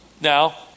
now